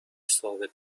ثابت